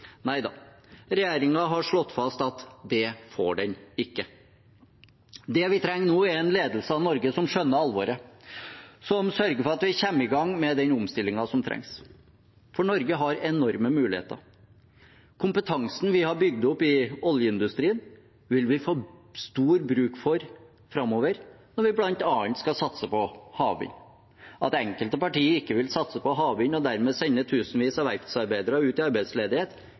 Nei da, regjeringen har slått fast at det får den ikke. Det vi trenger nå, er en ledelse av Norge som skjønner alvoret, som sørger for at vi kommer i gang med den omstillingen som trengs. Norge har enorme muligheter. Kompetansen vi har bygd opp i oljeindustrien, vil vi få stor bruk for framover når vi bl.a. skal satse på havvind. At enkelte parti ikke vil satse på havvind og dermed sende tusenvis av verftsarbeidere ut i arbeidsledighet,